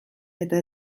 eta